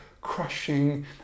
crushing